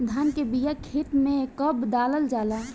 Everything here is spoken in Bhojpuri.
धान के बिया खेत में कब डालल जाला?